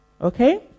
Okay